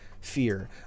fear